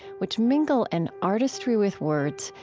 which mingle an artistry with words,